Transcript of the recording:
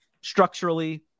structurally